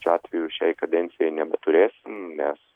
šiuo atveju šiai kadencijojai nebeturėsim nes